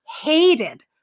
hated